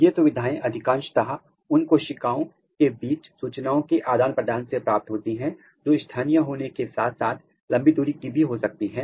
ये सुविधाएँ अधिकांशतः उन कोशिकाओं के बीच सूचनाओं के आदान प्रदान से प्राप्त होती हैं जो स्थानीय होने के साथ साथ लंबी दूरी की भी हो सकती हैं